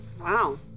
Wow